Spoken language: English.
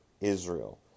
Israel